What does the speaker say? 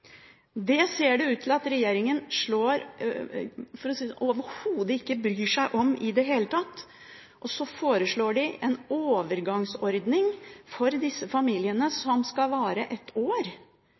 Det ser ut til at regjeringen overhodet ikke bryr seg om dette i det hele tatt. Så foreslår de en overgangsordning som skal vare et år for disse familiene.